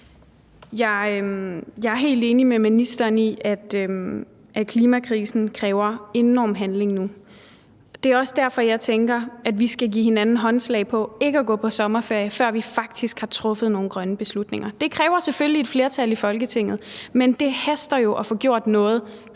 Jeg er helt enig med ministeren i, at klimakrisen i enorm grad kræver handling nu. Det er også derfor, jeg tænker, at vi skal give hinanden håndslag på ikke at gå på sommerferie, før vi faktisk har truffet nogle grønne beslutninger. Det kræver selvfølgelig et flertal i Folketinget, men det haster jo at få gjort noget